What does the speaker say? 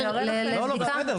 לא, לא, בסדר.